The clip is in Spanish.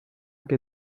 que